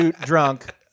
drunk